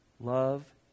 Love